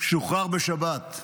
שוחרר בשבת,